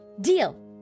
Deal